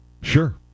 Sure